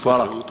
Hvala.